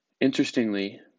Interestingly